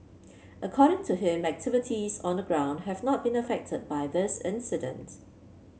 according to him activities on the ground have not been affected by this incident